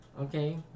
Okay